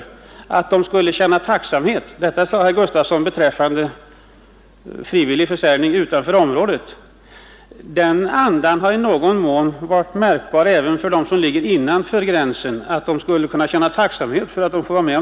Det sade visserligen 153 herr Gustafsson vad gällde beträffande frivillig försäljning utanför området, men den andan har i någon mån varit märkbar även för dem som haft mark belägen innanför gränsen.